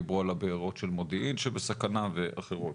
דיברנו על הבארות של מודיעין שבסכנה, ואחרות.